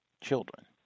children